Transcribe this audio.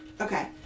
Okay